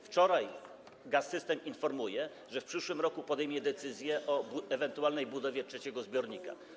Wczoraj Gaz-System poinformował, że w przyszłym roku podejmie decyzję o ewentualnej budowie trzeciego zbiornika.